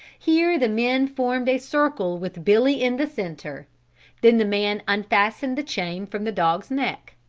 here the men formed a circle with billy in the center then the man unfastened the chain from the dog's neck.